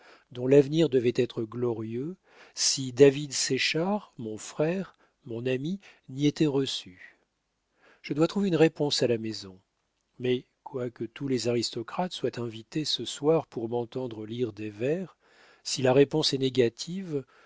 dont l'avenir devait être glorieux si david séchard mon frère mon ami n'y était reçu je dois trouver une réponse à la maison mais quoique tous les aristocrates soient invités ce soir pour m'entendre lire des vers si la réponse est négative